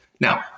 Now